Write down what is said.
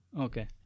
Okay